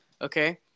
okay